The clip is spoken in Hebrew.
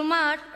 כלומר,